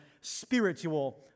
spiritual